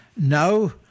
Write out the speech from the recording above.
no